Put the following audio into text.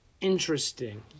Interesting